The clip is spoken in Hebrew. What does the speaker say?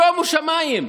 שומו שמיים.